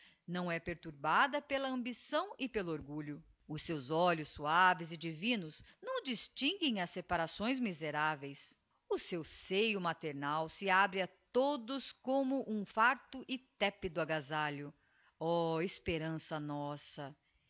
não é perturbada pela ambição e pelo orgulho os seus olhos suaves e divinos não distinguem as separações miseráveis o seu seio maternal se abre a todos como um farto e tépido agasalho oh esperança nossa